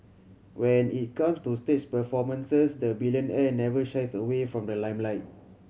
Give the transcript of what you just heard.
when it comes to stage performances the billionaire never shies away from the limelight